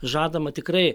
žadama tikrai